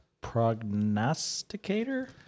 prognosticator